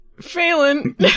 Phelan